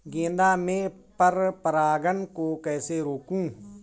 गेंदा में पर परागन को कैसे रोकुं?